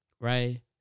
right